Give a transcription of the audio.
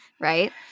Right